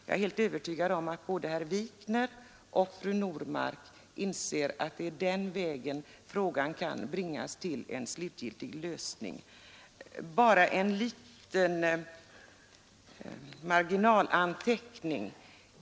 Jag är övertygad om att både herr Wikner och fru Normark inser att det är den vägen frågan kan bringas till en slutgiltig lösning. Bara en liten marginalanteckning.